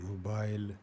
mobile